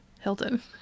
hilton